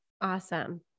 Awesome